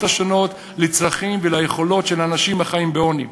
השונות לצרכים וליכולות של אנשים החיים בעוני.